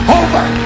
over